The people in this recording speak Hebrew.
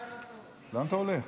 לאן אתה הולך?